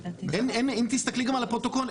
אם תסתכלי גם על הפרוטוקול,